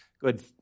good